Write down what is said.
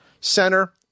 Center